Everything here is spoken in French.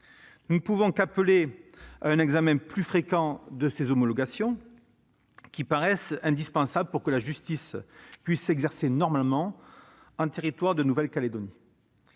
Nous ne pouvons qu'appeler à un examen plus fréquent de ces homologations, qui paraissent indispensables pour que la justice puisse s'exercer normalement sur le territoire de la Nouvelle-Calédonie.